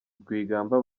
rwigamba